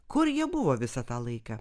kur jie buvo visą tą laiką